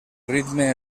ritme